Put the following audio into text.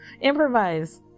improvise